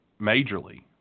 majorly